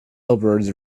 jailbirds